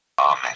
amen